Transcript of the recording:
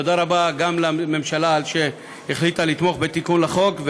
תודה רבה גם לממשלה על שהחליטה לתמוך בתיקון לחוק,